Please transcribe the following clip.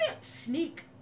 sneak